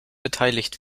beteiligt